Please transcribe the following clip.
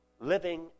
living